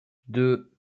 deux